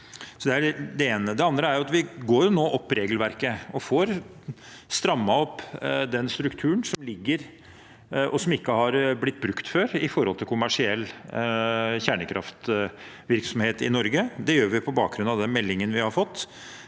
Det andre er at vi nå går opp regelverket og får strammet opp den strukturen som ligger der, og som ikke har blitt brukt før i forbindelse med kommersiell kjernekraftvirksomhet i Norge. Det gjør vi på bakgrunn av den meldingen vi har fått,